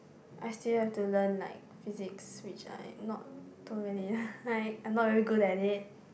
I still have to learn like physics which I not don't really like I not very good at it